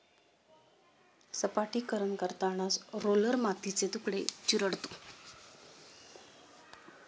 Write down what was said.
सपाटीकरण करताना रोलर मातीचे तुकडे चिरडतो